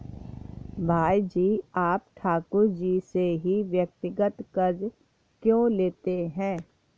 भाई जी आप ठाकुर जी से ही व्यक्तिगत कर्ज क्यों लेते हैं?